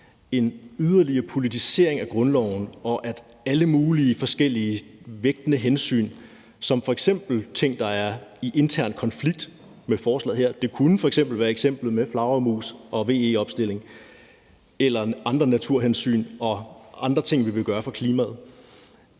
en yderligere politisering af grundloven vil kunne ende med, at alle mulige forskellige vægtende hensyn som f.eks. ting, der er i intern konflikt med forslaget her – det kunne være eksemplet med flagermus og VE-opstilling eller andre naturhensyn og andre ting, vi vil gøre for klimaet